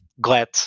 glad